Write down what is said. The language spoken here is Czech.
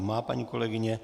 Má paní kolegyně.